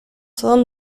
son